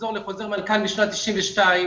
תחזור לחוזר מנכ"ל משנת 92',